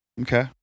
Okay